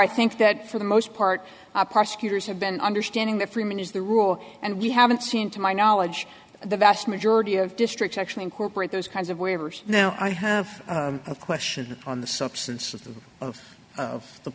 i think that for the most part are prosecuted as have been understanding that freeman is the rule and we haven't seen to my knowledge the vast majority of districts actually incorporate those kinds of waivers now i have a question on the substance of